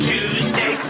Tuesday